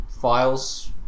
files